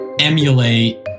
emulate